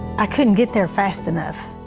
i couldn't get there fast enough.